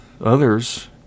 others